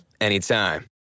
anytime